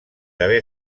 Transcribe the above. d’haver